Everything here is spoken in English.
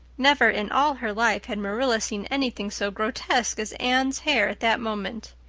never in all her life had marilla seen anything so grotesque as anne's hair at that moment.